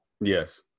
Yes